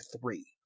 three